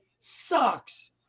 sucks